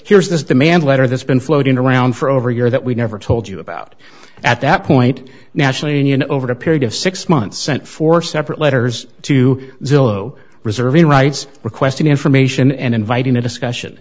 here's this demand letter that's been floating around for over a year that we never told you about at that point national union over a period of six months sent four separate letters to zillow reserving rights requesting information and inviting a discussion